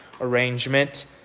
arrangement